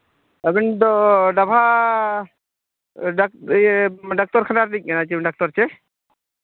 ᱟᱹᱵᱤᱱᱫᱚ ᱰᱟᱵᱷᱟ ᱰᱟᱠᱛᱚᱨ ᱠᱷᱟᱱᱟ ᱨᱮᱱᱤᱡ ᱰᱟᱠᱛᱚᱨ ᱪᱮ